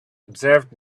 observed